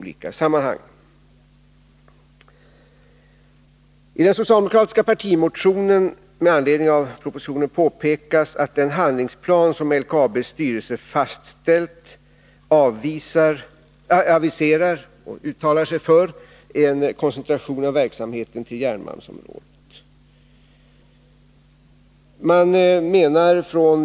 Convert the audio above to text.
I den socialdemokratiska partimotionen med anledning av propositionen påpekas att den handlingsplan som LKAB:s styrelse fastställt aviserar och uttalar sig för en koncentration av verksamheten till järnmalmsområdet.